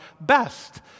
best